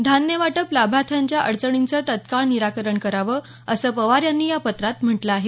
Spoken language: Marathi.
धान्यवाटप लाभार्थ्यांच्या अडचणींचं तत्काळ निराकरण करावं असं पवार यांनी या पत्रात म्हटलं आहे